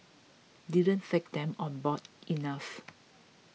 didn't take them on board enough